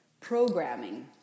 programming